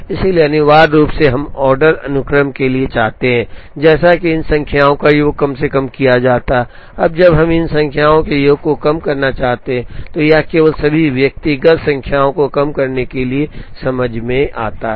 इसलिए अनिवार्य रूप से हम ऑर्डर अनुक्रम के लिए चाहते हैं जैसे कि इन संख्याओं का योग कम से कम किया जाता है अब जब हम इन 4 संख्याओं के योग को कम करना चाहते हैं तो यह केवल सभी व्यक्तिगत संख्याओं को कम करने के लिए समझ में आता है